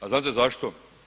A znate zašto?